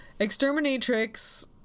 Exterminatrix